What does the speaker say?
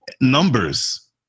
numbers